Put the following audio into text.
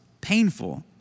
painful